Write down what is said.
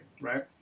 right